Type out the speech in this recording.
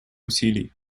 усилий